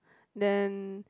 then